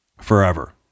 forever